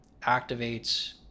activates